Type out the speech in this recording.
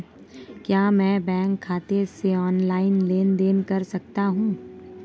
क्या मैं बैंक खाते से ऑनलाइन लेनदेन कर सकता हूं?